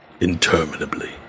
interminably